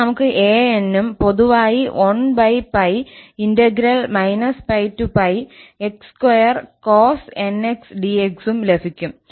പിന്നെ നമുക്ക് 𝑎n ഉം പൊതുവായി 1π πx2cos nx dx ഉം ലഭിക്കും